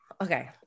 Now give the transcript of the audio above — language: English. Okay